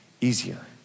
easier